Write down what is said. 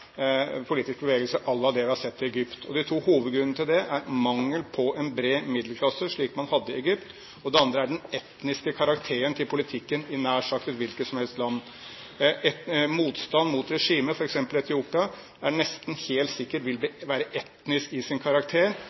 det vi har sett i Egypt. De to hovedgrunnene til det er for det første mangel på en bred middelklasse, slik man hadde i Egypt, og for det andre den etniske karakteren til politikken i nær sagt hvilket som helst land. Motstanden mot regimet, f.eks. i Etiopia, vil nesten helt sikkert være etnisk i sin karakter,